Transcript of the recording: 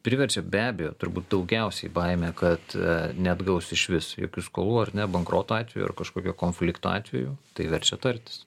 priverčia be abejo turbūt daugiausiai baimė kad neatgaus išvis jokių skolų ar ne bankroto atveju ar kažkokio konflikto atveju tai verčia tartis